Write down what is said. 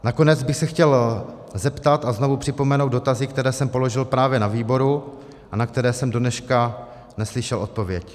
Nakonec bych se chtěl zeptat a znovu připomenout dotazy, které jsem položil právě na výboru a na které jsem dodnes neslyšel odpověď.